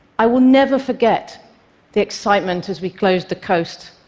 i will never forget the excitement as we closed the coast.